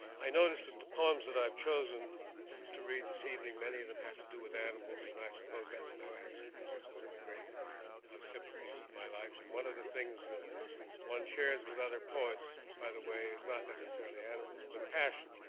i noticed that the poems that i've chosen to read this evening, many of them have to do with animals, and i suppose that's no accident, that's one of the great sympathies of my life. and one of the things that one shares with other poets, by the way, is not necessarily animals, but passion,